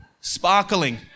sparkling